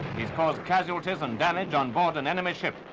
he has caused casualties and damage on board an enemy ship.